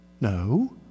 No